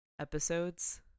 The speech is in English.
episodes